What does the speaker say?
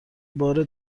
بار